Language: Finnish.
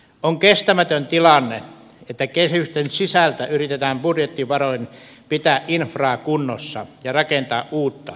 on kestämätön tilanne että kehysten sisältä yritetään budjettivaroin pitää infraa kunnossa ja rakentaa uutta